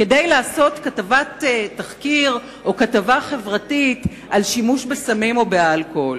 כדי לעשות כתבת תחקיר או כתבה חברתית על שימוש בסמים או באלכוהול,